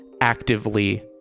actively